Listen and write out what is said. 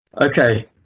Okay